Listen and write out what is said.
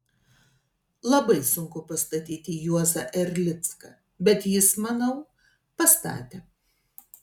labai sunku pastatyti juozą erlicką bet jis manau pastatė